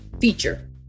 feature